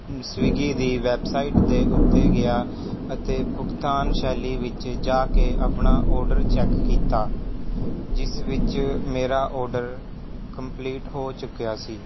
Swiggy ਦੀ website ਦੇ ਉੱਤੇ ਗਿਆ ਅਤੇ ਭੁਗਤਾਨ ਸ਼ੈਲੀ ਵਿੱਚ ਜਾ ਕੇ ਆਪਣਾ ਆਰਡਰ ਚੈੱਕ ਕੀਤਾ ਜਿਸ ਵਿੱਚ ਮੇਰਾ ਆਰਡਰ ਕੰਪਲੀਟ ਹੋ ਚੁੱਕਿਆ ਸੀ